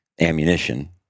ammunition